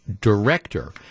director